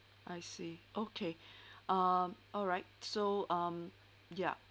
I see okay um alright so um ya